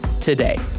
today